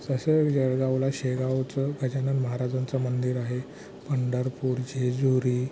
जसं जळगावला शेगावचं गजानन महाराजांचं मंदिर आहे पंढरपूर जेजुरी